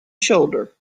shoulder